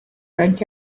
drunk